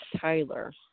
Tyler